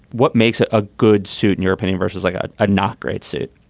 what makes it a good suit, in your opinion, versus like ah a not great suit?